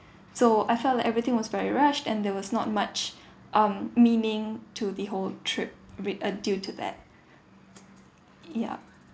so I felt everything was very rushed and there was not much um meaning to the whole trip with uh due to that yup